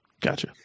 Gotcha